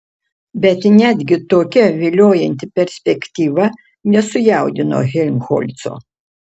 bet netgi tokia viliojanti perspektyva nesujaudino helmholco